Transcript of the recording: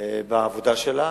בעבודה שלה.